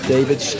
David